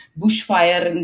bushfire